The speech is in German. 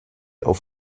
auf